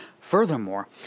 Furthermore